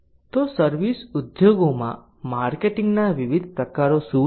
તો સર્વિસ ઉદ્યોગોમાં માર્કેટિંગના વિવિધ પ્રકારો શું છે